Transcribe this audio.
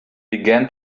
began